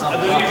שעולה,